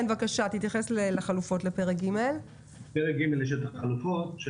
בפרק ג' יש את החלופות.